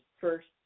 first